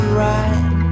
right